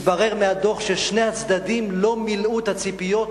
מתברר מהדוח ששני הצדדים לא מילאו את הציפיות